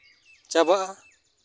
ᱪᱟᱵᱟᱜᱼᱟ